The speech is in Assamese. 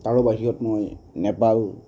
তাৰো বাহিৰত মই নেপাল